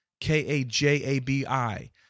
K-A-J-A-B-I